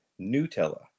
Nutella